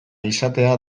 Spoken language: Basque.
izatea